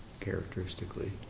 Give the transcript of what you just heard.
Characteristically